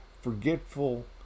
forgetful